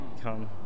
Come